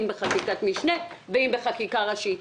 אם בחקיקת משנה ואם בחקיקה ראשית.